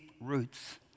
roots